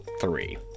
three